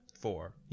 Four